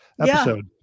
episode